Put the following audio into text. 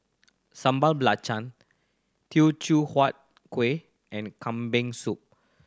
Sambal Belacan Teochew Huat Kueh and Kambing Soup